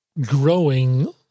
growing